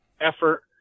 effort